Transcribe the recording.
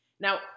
Now